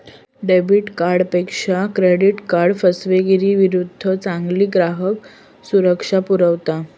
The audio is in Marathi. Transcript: डेबिट कार्डपेक्षा क्रेडिट कार्ड फसवेगिरीविरुद्ध चांगली ग्राहक सुरक्षा पुरवता